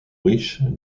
riche